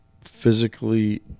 physically